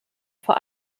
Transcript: vor